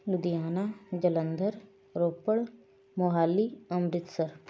Ludhiana Jalandhar Ropar Mohali Amritsar